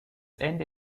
ende